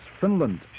finland